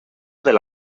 del